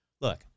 look